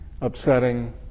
upsetting